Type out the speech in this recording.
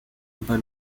but